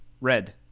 Red